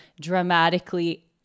dramatically